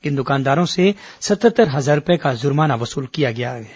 इन दुकानदारों से सतहत्तर हजार रूपए का जुर्माना वसूला गया है